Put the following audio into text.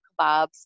kebabs